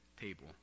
table